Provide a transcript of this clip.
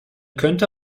könnte